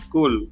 Cool